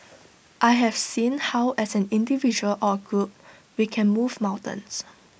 I have seen how as an individual or A group we can move mountains